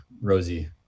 Rosie